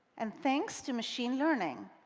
and thanks to machine learning,